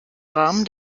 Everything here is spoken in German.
rahmen